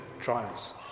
trials